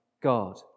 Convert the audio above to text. God